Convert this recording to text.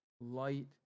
light